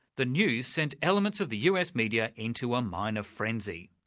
the news sent elements of the us media into a minor frenzy.